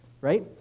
right